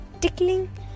tickling